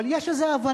אבל יש הבנה,